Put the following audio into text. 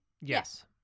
Yes